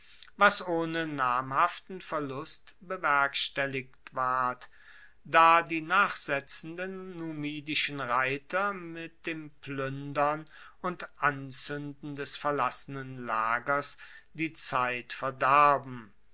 was ohne namhaften verlust bewerkstelligt ward da die nachsetzenden numidischen reiter mit dem pluendern und anzuenden des verlassenen lagers die zeit verdarben